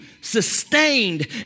sustained